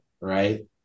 right